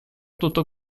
tutto